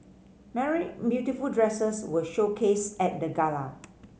many beautiful dresses were showcased at the gala